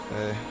Hey